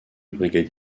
brigadier